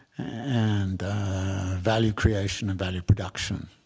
and value creation and value production.